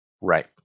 Right